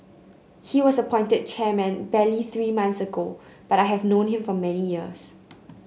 he was appointed chairman barely three months ago but I have known him for many years